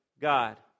God